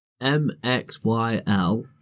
M-X-Y-L